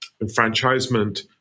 enfranchisement